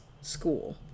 school